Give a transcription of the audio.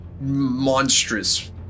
monstrous